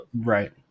Right